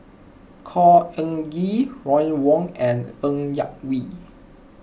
Khor Ean Ghee Ron Wong and Ng Yak Whee